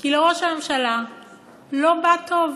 כי לראש הממשלה לא בא טוב.